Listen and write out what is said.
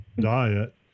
diet